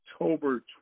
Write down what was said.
October